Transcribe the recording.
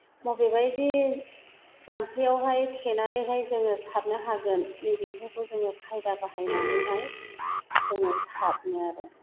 मबेबायदि जाम्फैयावहाय थेनानैहाय जोङो साथनो हागोन नै बेफोरखौ जोङो खायदा बाहायनानैहाय जोङो साथनो आरो